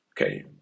Okay